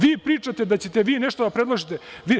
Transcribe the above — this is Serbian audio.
Vi pričate da ćete vi nešto da predložite.